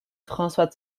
françois